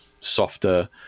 softer